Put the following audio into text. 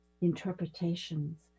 interpretations